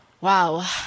Wow